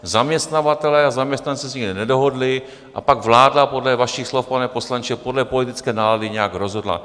Zaměstnavatelé a zaměstnanci se nikdy nedohodli a pak vláda podle vašich slov, pane poslanče, podle politické nálady nějak rozhodla.